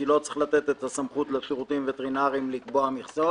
כי לא צריך לתת את הסמכות לשירותים וטרינריים לקבוע מכסות.